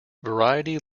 variety